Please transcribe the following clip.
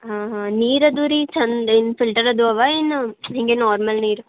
ಹಾಂ ಹಾಂ ನೀರು ಅದು ರೀ ಚೆಂದ ಏನು ಫಿಲ್ಟರ್ ಅದು ಅವ ಏನು ಹಿಂಗೆ ನಾರ್ಮಲ್ ನೀರು